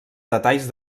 detalls